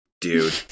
dude